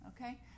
Okay